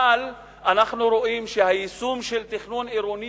אבל אנחנו רואים שהיישום של תכנון עירוני